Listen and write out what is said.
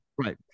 Right